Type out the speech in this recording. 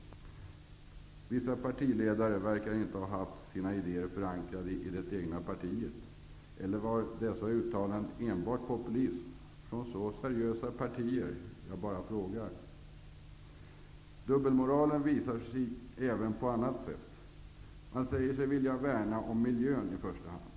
Antingen har vissa partiledare inte haft sina idéer förankrade i det egna partiet, eller så var dessa uttalanden enbart populistiska. Kan sådana uttalanden komma från så seriösa partier? Jag bara frågar. Dubbelmoralen visar sig även på annat sätt. Man säger sig vilja värna om miljön i första hand.